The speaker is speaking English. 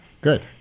Good